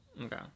Okay